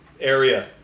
area